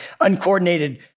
uncoordinated